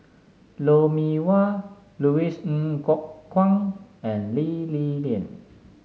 Lou Mee Wah Louis Ng Kok Kwang and Lee Li Lian